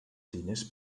diners